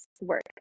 work